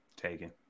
taken